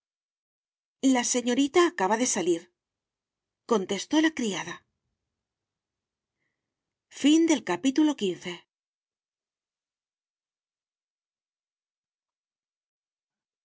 la señorita acaba de salir contestó la criada